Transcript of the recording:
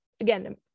Again